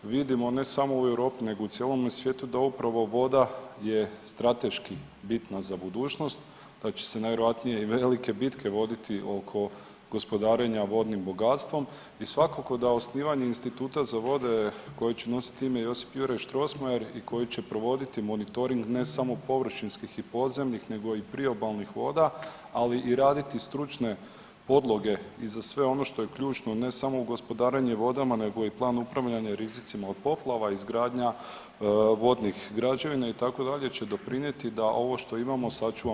Vidimo ne samo u Europi nego u cijelome svijetu da upravo voda je strateški bitna za budućnost, da će se najvjerojatnije i velike bitke voditi oko gospodarenja vodnim bogatstvom i svakako da osnivanje Instituta za vode koji će nositi ime Josip Juraj Strossmayer i koji će provoditi monitoring ne samo površinskih i podzemnih nego i priobalnih voda, ali i raditi stručne podloge i za sve ono što je ključno ne samo u gospodarenje vodama nego i Plan upravljanja i rizicima od poplava, izgradnja vodnih građevina itd. će doprinijeti da ovo što imamo sačuvamo za budućnost.